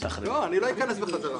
לא, אני לא אכנס בחזרה.